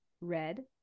Red